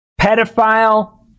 pedophile